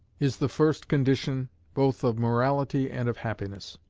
is the first condition both of morality and of happiness.